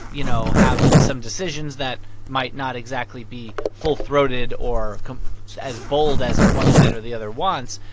you know, have some decisions that might not exactly be full-throated or as bold as one side or the other wants.